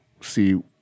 see